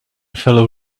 fellow